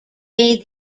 made